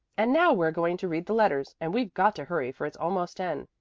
and now we're going to read the letters, and we've got to hurry, for it's almost ten.